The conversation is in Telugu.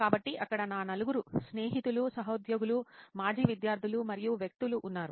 కాబట్టి అక్కడ నా నలుగురు స్నేహితులు సహోద్యోగులు మాజీ విద్యార్థులు మరియు వ్యక్తులు ఉన్నారు